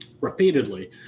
Repeatedly